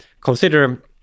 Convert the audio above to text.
consider